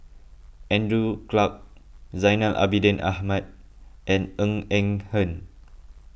Andrew Clarke Zainal Abidin Ahmad and Ng Eng Hen